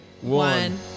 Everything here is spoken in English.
one